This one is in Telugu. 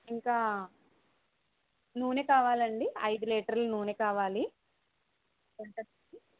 ఇంకా నూనె కావాలండి ఐదు లీటర్ల నూనె కావాలి